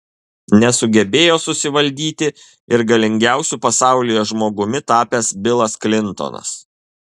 nesugebėjo susivaldyti ir galingiausiu pasaulyje žmogumi tapęs bilas klintonas